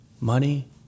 money